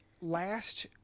last